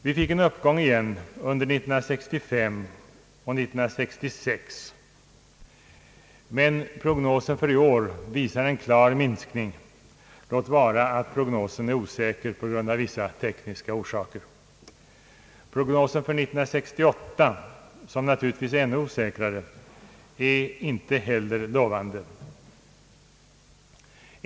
Vi fick en uppgång igen under 1965 och 1966, men prognosen för i år visar klar minskning, låt vara att den av vissa tekniska orsaker är osäker. Prognosen för år 1968, som naturligtvis är ännu mera osäker, är inte heller lovande.